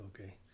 okay